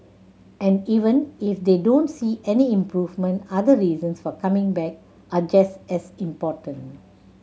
and even if they don't see any improvement other reasons for coming back are just as important